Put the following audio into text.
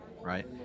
right